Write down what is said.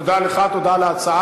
תודה לך, תודה על ההצעה.